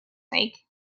sake